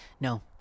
No